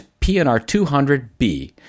PNR200B